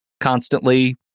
constantly